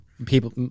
People